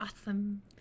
Awesome